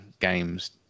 games